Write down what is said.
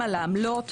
על העמלות.